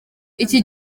iki